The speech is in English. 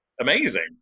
amazing